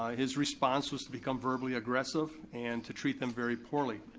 ah his response was to become verbally aggressive and to treat them very poorly,